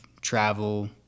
travel